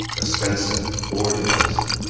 a spencer or an emerson.